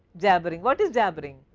jabbering. what is jabbering?